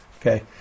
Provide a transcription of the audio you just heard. okay